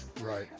Right